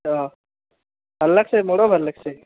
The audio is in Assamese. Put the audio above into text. অঁ ভাল লাগছে মোৰো ভাল লাগছে